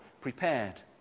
prepared